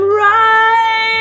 right